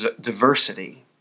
diversity